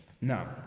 Now